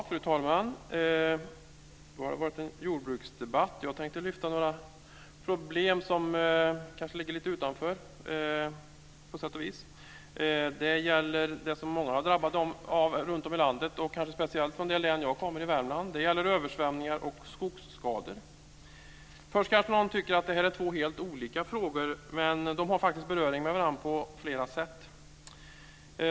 Fru talman! Det har varit en jordbruksdebatt. Jag tänkte lyfta fram några problem som kanske på sätt och vis ligger lite utanför. Det gäller det som många har drabbats av runtom i landet och kanske speciellt i det län som jag kommer ifrån - Värmland. Det gäller översvämningar och skogsskador. Först kanske någon tycker att det är två helt olika frågor, men de har faktiskt beröring på flera sätt.